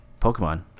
Pokemon